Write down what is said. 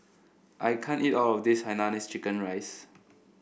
I can't eat all of this Hainanese Chicken Rice